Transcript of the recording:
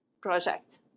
project